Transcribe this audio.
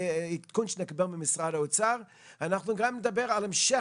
6 במרץ 2022. על סדר